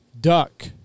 Duck